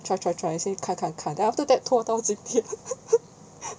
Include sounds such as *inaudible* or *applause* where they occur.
try try try 先看看看 then after that 拖到今天 *laughs*